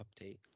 update